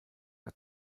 der